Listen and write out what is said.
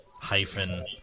hyphen